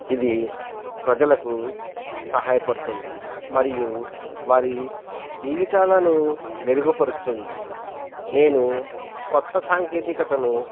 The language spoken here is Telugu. ఇది ప్రజలకు సహాయపడుతుంది మరియు వారి జీవితాలను మెరుగుపరుస్తుంది నేను కొత్త సాంకేతికతను